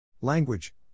Language